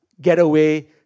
Getaway